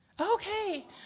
Okay